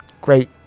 great